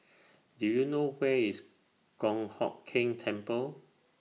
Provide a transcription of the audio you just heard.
Do YOU know Where IS Kong Hock Keng Temple